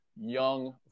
young